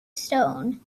stone